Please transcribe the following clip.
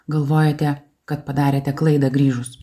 galvojate kad padarėte klaidą grįžus